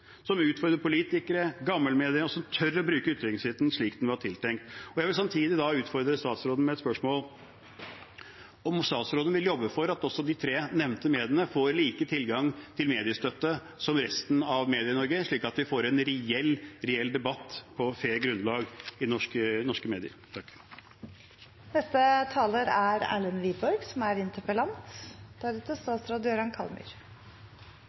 som utfordrer politikere og gammelmediene, og som tør å bruke ytringsfriheten slik den var tenkt brukt. Jeg vil samtidig utfordre statsråden med et spørsmål: Vil statsråden jobbe for at også de tre nevnte mediene får lik tilgang til mediestøtte som resten av Medie-Norge, slik at vi får en reell debatt på et fair grunnlag i norske medier?